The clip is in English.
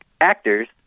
actors